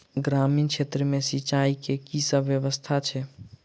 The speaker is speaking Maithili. ग्रामीण क्षेत्र मे सिंचाई केँ की सब व्यवस्था छै?